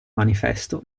manifesto